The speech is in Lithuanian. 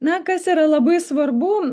na kas yra labai svarbu